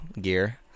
gear